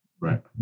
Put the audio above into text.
Right